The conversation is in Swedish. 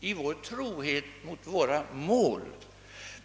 i vår trohet mot våra mål.